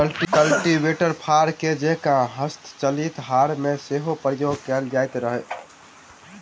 cultivator फार के जेंका हस्तचालित हर मे सेहो प्रयोग कयल जा रहल अछि